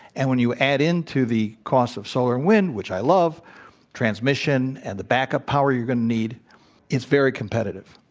and when you add into the cost of solar and wind which i love transmission, and the backup power, you're going to need it's very competitive.